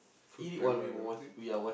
FoodPanda thing